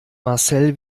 marcel